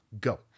Go